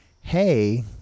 Hey